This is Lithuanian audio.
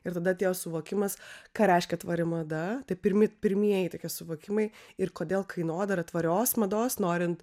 ir tada atėjo suvokimas ką reiškia tvari mada tai pirmi pirmieji tokie suvokimai ir kodėl kainodara tvarios mados norint